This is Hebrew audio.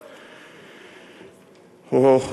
או,